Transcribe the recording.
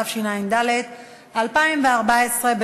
התשע"ד 2014,